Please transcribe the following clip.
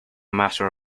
matter